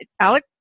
Alec